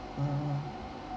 uh